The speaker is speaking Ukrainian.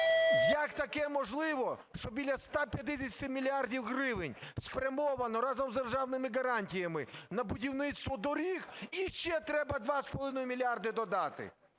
як таке можливо, що біля 150 мільярдів гривень спрямовано разом з державними гарантіями на будівництво доріг, і ще треба 2,5 мільярда додати?